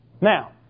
Now